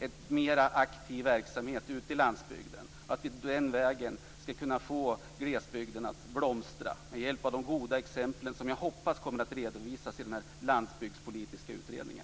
en mer aktiv verksamhet ute i landsbygden. På det sättet kan vi få glesbygden att blomstra med hjälp av de goda exempel som jag hoppas kommer att redovisas i den landsbygdspolitiska utredningen.